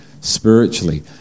spiritually